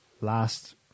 last